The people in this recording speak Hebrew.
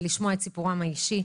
ולשמוע את סיפורם האישי.